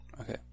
Okay